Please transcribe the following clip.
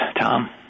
Tom